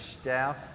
staff